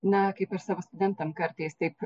na kaip aš savo studentams kartais taip